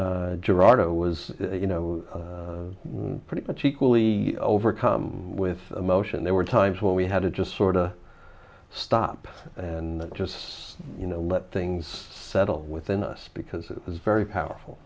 but gerardo was you know pretty much equally overcome with emotion there were times when we had to just sort of stop and just you know let things settle within us because it was very powerful